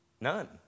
none